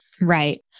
Right